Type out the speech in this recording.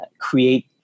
Create